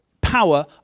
power